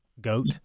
goat